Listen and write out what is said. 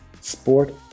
sport